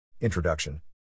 Introduction